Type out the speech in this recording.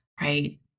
right